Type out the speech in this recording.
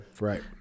Right